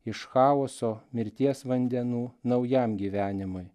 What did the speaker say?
iš chaoso mirties vandenų naujam gyvenimui